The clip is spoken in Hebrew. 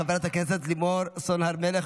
חברת הכנסת לימור סון הר מלך,